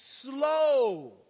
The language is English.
slow